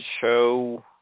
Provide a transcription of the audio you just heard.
show –